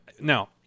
now